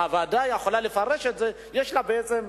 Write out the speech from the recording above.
הוועדה יכולה לפרש את החוק כך שיש לה סמכות